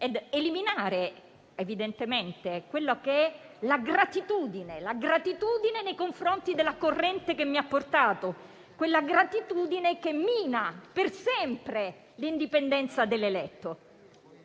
eliminare evidentemente la gratitudine nei confronti della corrente che mi ha portato, quella gratitudine che mina per sempre l'indipendenza dell'eletto.